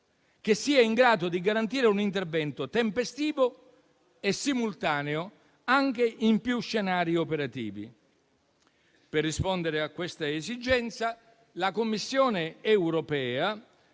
che sia in grado di garantire un intervento tempestivo e simultaneo anche in più scenari operativi. Per rispondere a questa esigenza, la Commissione europea